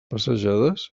passejades